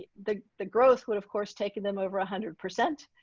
ah the the growth would of course taking them over a hundred percent.